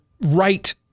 right